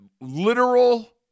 literal